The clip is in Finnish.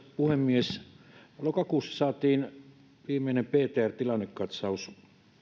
puhemies lokakuussa saatiin viimeinen ptr tilannekatsaus